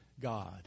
God